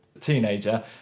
teenager